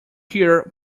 here